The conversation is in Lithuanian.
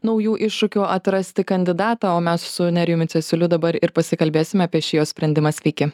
naujų iššūkių atrasti kandidatą o mes su nerijumi cesiuliu dabar ir pasikalbėsime apie šį jo sprendimą sveiki